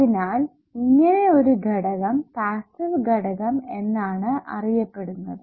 അതിനാൽ ഇങ്ങനെ ഒരു ഘടകം പാസ്സീവ് ഘടകം എന്നാണ് അറിയപ്പെടുന്നത്